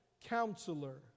Counselor